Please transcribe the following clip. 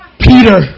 Peter